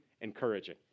encouraging